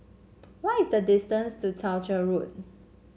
what is the distance to Townshend Road